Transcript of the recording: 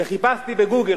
וחיפשתי ב"גוגל".